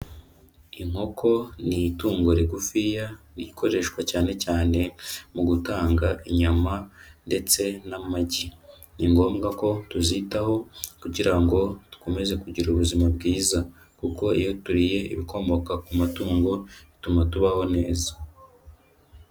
Inkoko ni itungo rigufiya, rikoreshwa cyane cyane mu gutanga inyama ndetse n'amagi. Ni ngombwa ko tuzitaho kugira ngo dukomeze kugira ubuzima bwiza, kuko iyo turiye ibikomoka ku matungo, bituma tubaho neza.